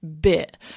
bit